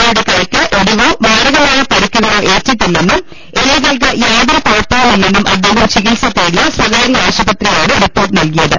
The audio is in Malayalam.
എയുടെ കൈയ്ക്ക് ഒടിവോ മാരകമായ പരിക്കുകളോ ഏറ്റിട്ടി ല്ലെന്നും എല്ലുകൾക്ക് യാതൊരു കുഴപ്പവുമില്ലെന്നും അദ്ദേഹം ചികിത്സ തേടിയ സ്വകാര്യ ആശുപത്രിയാണ് റിപ്പോർട്ട് നൽകിയത്